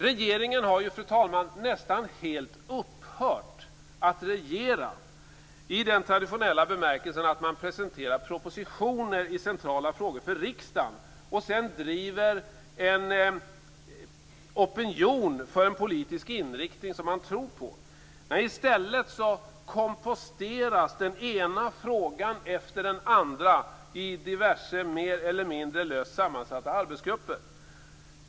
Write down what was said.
Regeringen har ju, fru talman, nästan helt upphört att regera i den traditionella bemärkelsen att man presenterar propositioner i centrala frågor för riksdagen och sedan driver en opinion för en politisk inriktning som man tror på. I stället komposteras den ena frågan efter den andra i diverse mer eller mindre löst sammansatta arbetsgrupper.